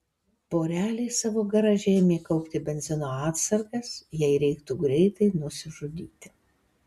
porelė savo garaže ėmė kaupti benzino atsargas jei reiktų greitai nusižudyti